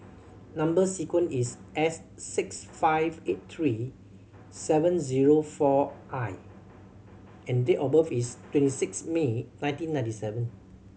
number sequence is S six five eight three seven zero four I and date of birth is twenty six May nineteen ninety seven